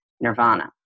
nirvana